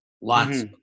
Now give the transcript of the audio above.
lots